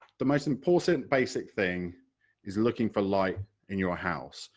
the most important basic thing is looking for light in your house.